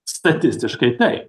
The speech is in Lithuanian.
statistiškai taip